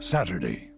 Saturday